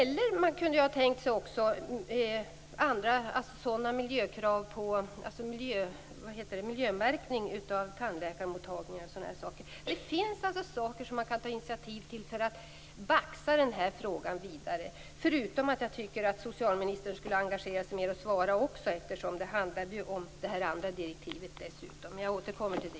Man kunde tänka sig miljömärkning av tandläkarmottagningar. Det finns sådant det går att ta initiativ till för att baxa frågan vidare. Jag tycker att socialministern skulle engagera sig och svara på frågan. Det handlar ju dessutom om det andra direktivet.